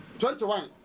twenty-one